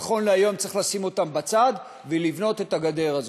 נכון להיום צריך לשים אותם בצד ולבנות את הגדר הזאת.